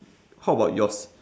how about yours